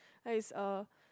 that is a